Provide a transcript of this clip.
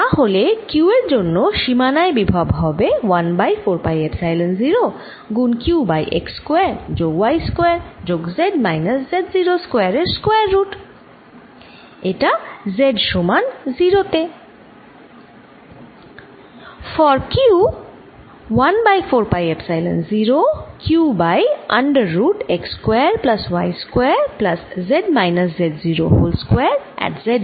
তা হলে q এর জন্য সীমানায় বিভব হবে 1 বাই 4 পাই এপসাইলন 0 গুণ q বাই x স্কয়ার যোগ y স্কয়ার যোগ z মাইনাস z0 স্কয়ার এর স্কয়ার রুট z সমান 0 তে